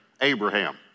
Abraham